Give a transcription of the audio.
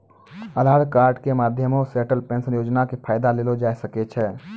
आधार कार्ड के माध्यमो से अटल पेंशन योजना के फायदा लेलो जाय सकै छै